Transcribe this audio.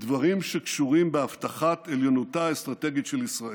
בדברים שקשורים בהבטחת עליונותה האסטרטגית של ישראל,